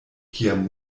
kiam